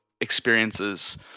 experiences